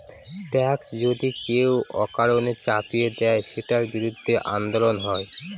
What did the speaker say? tax যদি কেউ অকারণে চাপিয়ে দেয়, সেটার বিরুদ্ধে আন্দোলন হয়